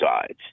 sides